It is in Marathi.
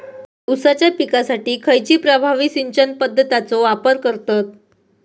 ऊसाच्या पिकासाठी खैयची प्रभावी सिंचन पद्धताचो वापर करतत?